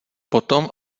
potom